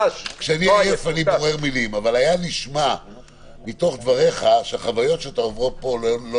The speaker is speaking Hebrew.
היה נשמע מתוך דבריך שאתה עובר פה חוויות לא נעימות.